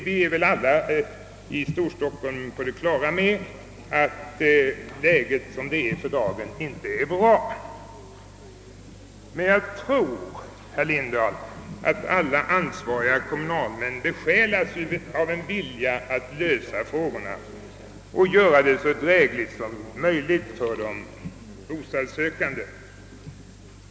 Vi är väl alla i Storstockholm på det klara med att läget som det är för dagen inte är bra; men jag tror, herr Lindahl, att alla ansvariga kommunalmän besjälas av en vilja att lösa frågorna och göra det så drägligt som möjligt för de bostadssökande.